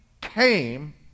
came